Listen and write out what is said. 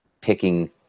picking